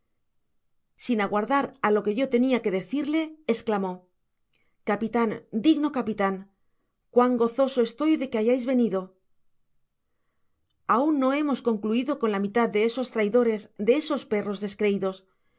sin aguardar á lo que yo tenia que decirle esclamó capitan digno capitan cuán gozoso estoy de que hayais venido aun no hemos concluido con la mitad de esos traidores de esos perros descreidos